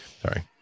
Sorry